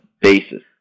basis